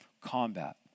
combat